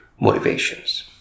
motivations